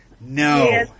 No